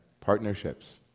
partnerships